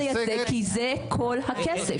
חברות הגז רוצות לייצא כי זה כל הכסף.